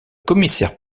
commissaire